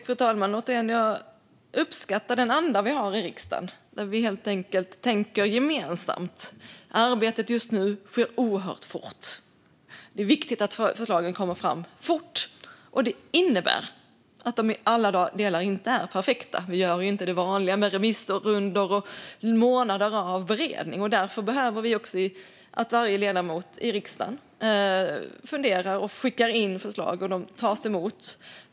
Fru talman! Återigen - jag uppskattar den anda vi har i riksdagen, där vi helt enkelt tänker gemensamt. Arbetet sker just nu oerhört fort. Det är viktigt att förslagen kommer fram fort, och det innebär att de inte i alla delar är perfekta. Vi gör inte det vanliga med remissrundor och månader av beredning, och därför behöver varje ledamot i riksdagen fundera och skicka in förslag, som tas emot.